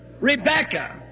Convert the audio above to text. Rebecca